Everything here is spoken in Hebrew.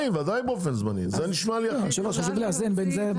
היושב-ראש, חשוב לאזן.